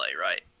right